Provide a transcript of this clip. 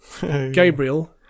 Gabriel